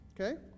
Okay